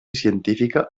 científica